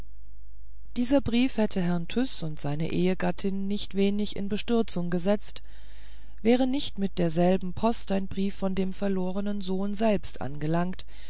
dieser brief hätte herrn tyß und seine ehegattin nicht wenig in bestürzung gesetzt wäre nicht mit derselben post ein brief von dem verlornen sohne selbst angelangt